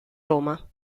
roma